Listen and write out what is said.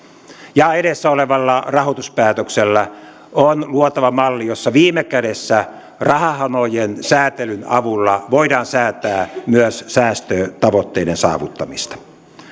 ja edessä olevalla rahoituspäätöksellä on luotava malli jossa viime kädessä rahahanojen säätelyn avulla voidaan säätää myös säästötavoitteiden saavuttamisesta